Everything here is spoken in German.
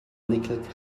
nickel